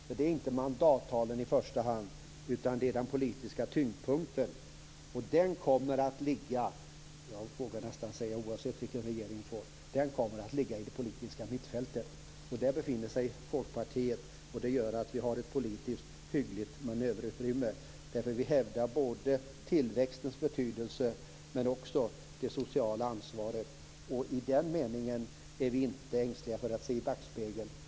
Det rör sig inte i första hand om mandattalen utan det är den politiska tyngdpunkten som räknas, och den kommer att ligga - oavsett vilken regering vi får - i det politiska mittfältet. Där befinner sig Folkpartiet, och det gör att vi har ett politiskt hyggligt manöverutrymme. Vi hävdar både tillväxtens betydelse och det sociala ansvaret. I den meningen är vi inte ängsliga för att se i backspegeln.